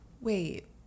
wait